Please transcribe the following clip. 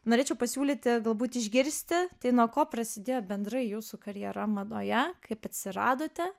norėčiau pasiūlyti galbūt išgirsti tai nuo ko prasidėjo bendra jūsų karjera madoje kaip atsiradote